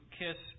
kiss